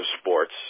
sports